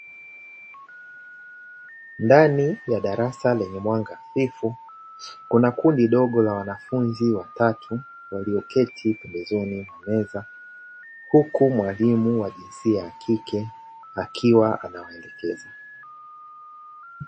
Ndani ya darasa lenye mwanga hafifu, kuna kundi dogo la wanafunzi watatu walioketi pembezoni mwa meza, huku mwalimu wa jinsia ya kike akiwa anawaelekeza.